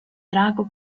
drago